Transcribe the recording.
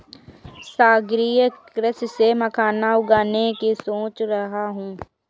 सागरीय कृषि से मखाना उगाने की सोच रहा हूं